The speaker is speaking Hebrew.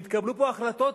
כשהתקבלו פה החלטות